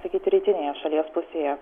pietrytinėje šalies pusėje